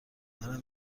منم